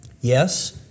Yes